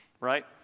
right